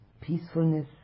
peacefulness